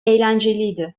eğlenceliydi